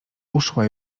uszła